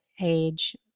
age